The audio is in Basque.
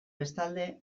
bestalde